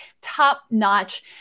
top-notch